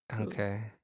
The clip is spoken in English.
Okay